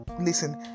listen